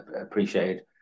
appreciated